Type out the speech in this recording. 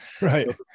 right